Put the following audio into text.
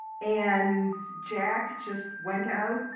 and jack just went out,